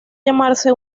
llamarse